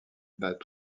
bat